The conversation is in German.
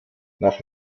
nach